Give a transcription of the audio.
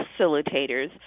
facilitators